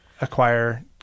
acquire